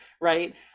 Right